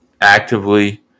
actively